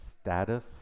status